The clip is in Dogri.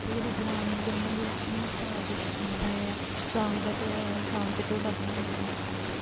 ते जेह्ड़ियां ग्राएं दियां कुड़ियां होंदिया उनेंगी सारा किश आंदा ऐ ते साग ते ढोड्डा बनाना कुन्नै